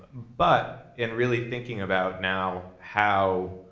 but in really thinking about now how